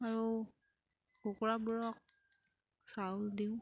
আৰু কুকুৰাবোৰক চাউল দিওঁ